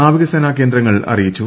നാവികസേന കേന്ദ്രങ്ങൾ അറിയിച്ചു